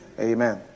Amen